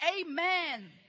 amen